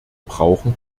brauchen